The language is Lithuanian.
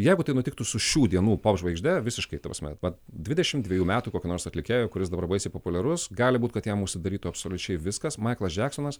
jeigu tai nutiktų su šių dienų pop žvaigžde visiškai ta prasme va dvidešimt dvejų metų kokiu nors atlikėju kuris dabar baisiai populiarus gali būt kad jam užsidarytų absoliučiai viskas maiklas džeksonas